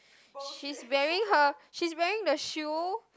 she is wearing her she is wearing the shoe